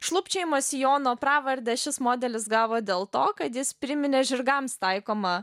šlubčiojimo sijono pravardę šis modelis gavo dėl to kad jis priminė žirgams taikomą